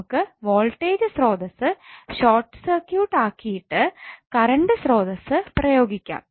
നമുക്ക് വോൾട്ടേജ് സ്രോതസ്സ് short circuit ആക്കിയിട്ട് കറണ്ട് സ്രോതസ്സ് പ്രയോഗിക്കാം